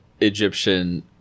Egyptian